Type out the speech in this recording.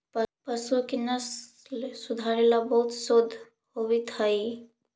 पशुओं की नस्ल सुधारे ला बहुत शोध होवित हाई